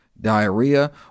diarrhea